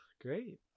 great